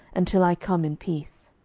until i come in peace.